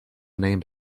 named